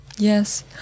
Yes